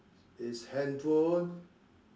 is handphone